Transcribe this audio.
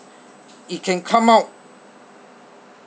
it can come out